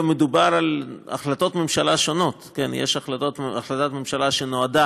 מדובר גם בהחלטות ממשלה שונות: יש החלטת ממשלה שנועדה